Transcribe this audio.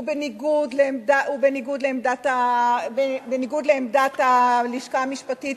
הוא בניגוד לעמדת הלשכה המשפטית,